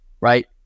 right